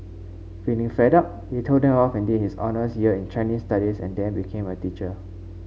feeling fed up he told them off and did his honours year in Chinese Studies and then became a teacher